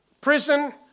Prison